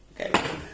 Okay